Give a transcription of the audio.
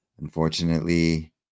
unfortunately